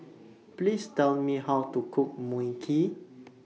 Please Tell Me How to Cook Mui Kee